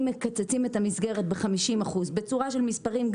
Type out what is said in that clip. עסקים בכלל לא יכולים לקבל, וזה הנתונים שלנו.